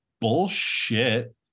bullshit